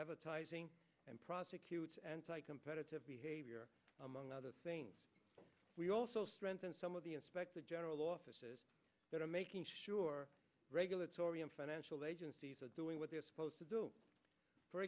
and prosecutors anti competitive behavior among other things we also strengthen some of the inspector general offices that are making sure regulatory and financial agencies are doing what they're supposed to do for